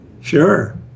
Sure